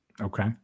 Okay